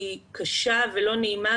היא קשה ולא נעימה.